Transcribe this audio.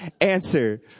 answer